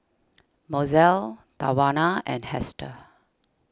Mozell Tawanna and Hester